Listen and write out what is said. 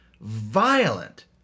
violent